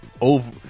over